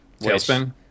Tailspin